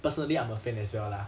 personally I'm a fan as well lah